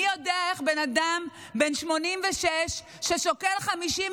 מי יודע איך בן אדם בן 86 ששוקל 57